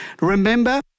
Remember